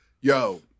yo